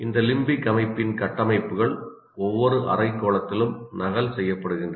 இந்த லிம்பிக் அமைப்பின் கட்டமைப்புகள் ஒவ்வொரு அரைக்கோளத்திலும் நகல் செய்யப்படுகின்றன